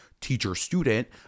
teacher-student